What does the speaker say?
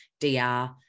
dr